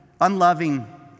unloving